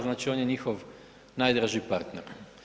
Znači, on je njihov najdraži partner.